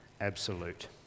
absolute